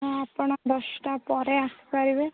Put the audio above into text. ଆପଣ ଦଶଟା ପରେ ଆସିପାରିବେ